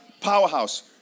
Powerhouse